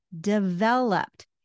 developed